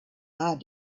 are